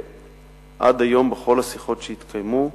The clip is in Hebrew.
שעד היום, בכל השיחות שהתקיימו,